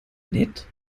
nett